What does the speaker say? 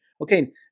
Okay